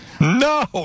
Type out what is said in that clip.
No